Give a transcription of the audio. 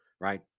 Right